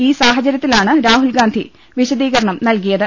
ഈ സാഹചര്യത്തിലാണ് രാഹുൽഗാന്ധി വിശദീകരണം നൽകിയത്